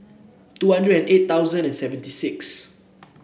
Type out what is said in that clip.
two hundred and eight thousand and seventy six